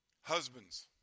Husbands